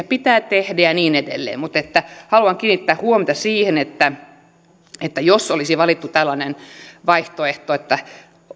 pitää tehdä ja niin edelleen mutta haluan kiinnittää huomiota siihen että että jos olisi valittu tällainen vaihtoehto että